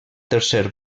tercer